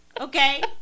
okay